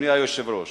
אדוני היושב-ראש,